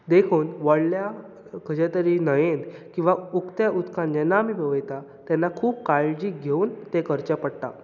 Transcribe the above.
देखून व्हडल्या खंयचे तरी न्हंयेन किंवा उकत्या उदकांत जेन्ना आमी पेंवयता तेन्ना खूब काळजी घेवन तें करचें पडटा